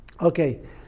Okay